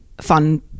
fun